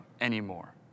anymore